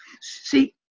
See